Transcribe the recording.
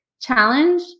challenge